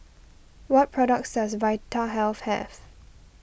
what products does Vitahealth have